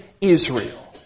Israel